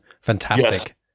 Fantastic